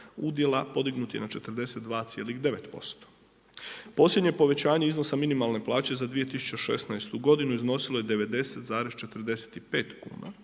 udjela podignut je na 42,9%. Posljednje povećanje iznosa minimalne plaće za 2016. godinu iznosilo je 90,45kuna,